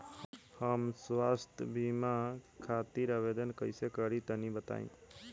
हम स्वास्थ्य बीमा खातिर आवेदन कइसे करि तनि बताई?